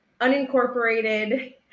unincorporated